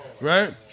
right